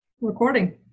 recording